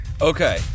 Okay